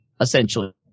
essentially